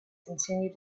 continue